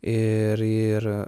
ir ir